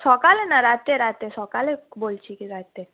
সকালে না রাতে রাতে সকালে বলছি কি রাতে